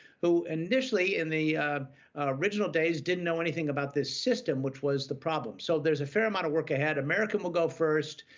who initially, in the original days, didn't know anything about this system, which was the problem. so, there's a fair amount of work ahead. american will go first.